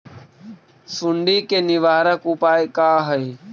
सुंडी के निवारक उपाय का हई?